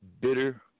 bitter